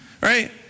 Right